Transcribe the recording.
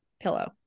pillow